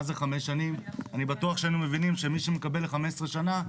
מה זה חמש שנים - אני בטוח שהיינו מבינים שמי שמקבל ל-15 שנה.